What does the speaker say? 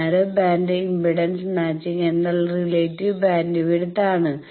narrow band impedance matching എന്നാൽ relative bandwidth ആണ്